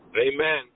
Amen